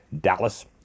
Dallas